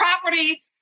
property